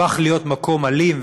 הפך להיות מקום אלים,